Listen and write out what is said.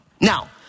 Now